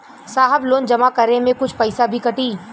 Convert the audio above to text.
साहब लोन जमा करें में कुछ पैसा भी कटी?